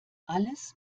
alles